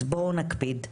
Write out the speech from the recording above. אז בואו נקפיד.